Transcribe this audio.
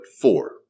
four